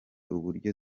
uburyo